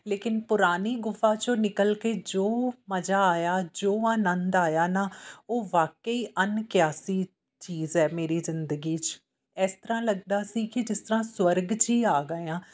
ਲੇਕਿਨ ਪੁਰਾਣੀ ਗੁਫ਼ਾ ਚੋਂ ਨਿਕਲ ਕੇ ਜੋ ਮਜ਼ਾ ਆਇਆ ਜੋ ਆਨੰਦ ਆਇਆ ਨਾ ਉਹ ਵਾਕਿਆ ਹੀ ਅਨਕਿਆਸੀ ਚੀਜ਼ ਹੈ ਮੇਰੀ ਜਿੰਦਗੀ 'ਚ ਇਸ ਤਰਾਂ ਲੱਗਦਾ ਸੀ ਕਿ ਜਿਸ ਤਰ੍ਹਾਂ ਸਵਰਗ 'ਚ ਹੀ ਆ ਗਏ ਹਾਂ